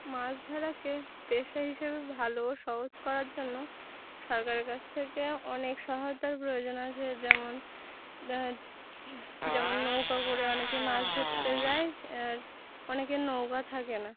মাছ ধরাকে পেশা হিসেবে ভালো ও সহজ করার জন্য সরকারের কাছ থেকে অনেক সহায়তার প্রয়োজন আছে যেমন যেমন নৌকা করে অনেকে মাছ ধরতে যায় আর অনেকে নৌকা থাকে না